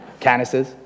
Canises